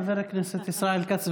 חבר הכנסת ישראל כץ,